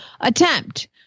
attempt